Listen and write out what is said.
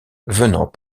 venant